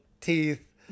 teeth